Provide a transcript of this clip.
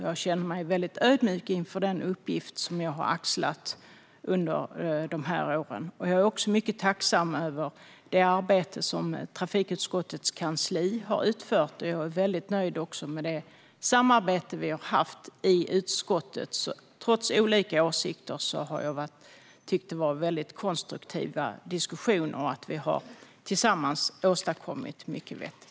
Jag känner mig väldigt ödmjuk inför den uppgift som jag har axlat de här åren. Jag är också mycket tacksam över det arbete som trafikutskottets kansli har utfört. Och jag är väldigt nöjd med det samarbete vi har haft i utskottet. Trots att vi har olika åsikter har det varit konstruktiva diskussioner. Tillsammans har vi åstadkommit mycket vettigt.